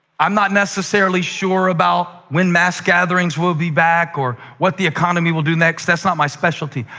i'm not necessarily sure about when mass gatherings will be back or what the economy will do next. that's not my specialty,